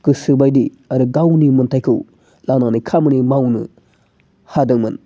गोसो बायदि आरो गावनि मोनथायखौ लानानै खामानि मावनो हादोंमोन